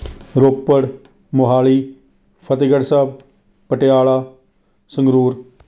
Ropar Mohali Fatehgarh Sahib Patiala Sangrur